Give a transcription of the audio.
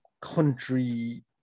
country